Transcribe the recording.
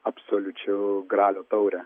absoliučiu gralio taure